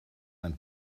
ein